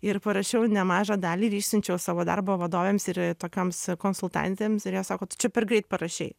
ir parašiau nemažą dalį ir išsiunčiau savo darbo vadovėms ir tokioms konsultantėms ir jos sako tu čia per greit parašei